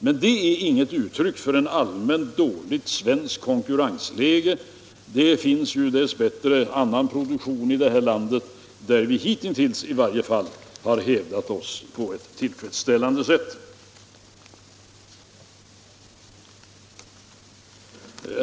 Men det är inget uttryck för ett allmänt dåligt svenskt konkurrensläge — det finns dess bättre annan produktion här i landet där vi i varje fall hitintills har hävdat oss på ett tillfredsställande sätt.